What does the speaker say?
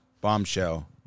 bombshell